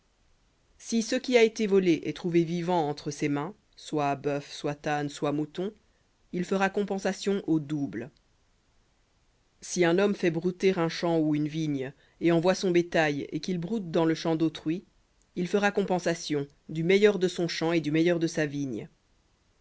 si ce qui a été volé est trouvé vivant entre ses mains soit bœuf soit âne soit mouton il fera compensation au double si un homme fait brouter un champ ou une vigne et envoie son bétail et qu'il broute dans le champ d'autrui il fera compensation du meilleur de son champ et du meilleur de sa vigne